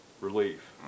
relief